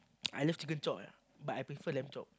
I love chicken chop eh but I prefer lamb chop